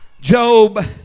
Job